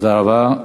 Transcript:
תודה רבה.